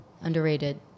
Underrated